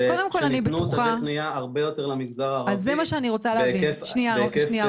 שניתנו הרבה יותר תווי קניה למגזר הערבי בהיקף דרמטי.